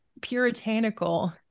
puritanical